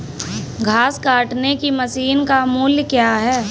घास काटने की मशीन का मूल्य क्या है?